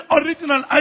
original